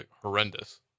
horrendous